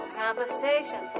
conversation